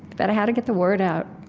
but how to get the word out,